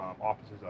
offices